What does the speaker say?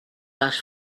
les